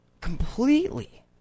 Completely